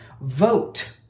vote